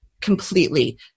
completely